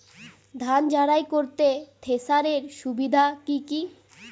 ধান ঝারাই করতে থেসারের সুবিধা কি কি?